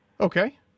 Okay